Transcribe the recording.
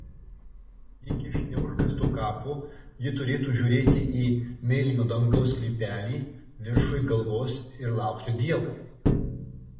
lyg iš neužkasto kapo ji turėtų žiūrėti į mėlyno dangaus sklypelį viršuj galvos ir laukti dievo